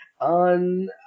on